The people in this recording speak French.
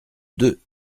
deux